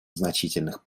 значительных